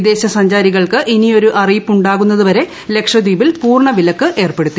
വിദേശസഞ്ചാരികൾക്ക് അറിയിപ്പു ഇനിയൊരു ണ്ടാകുന്നതുവരെ ലക്ഷദ്വീപിൽ പൂർണ വില്ലക്ക് ഏർപ്പെടുത്തി